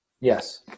Yes